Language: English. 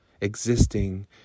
existing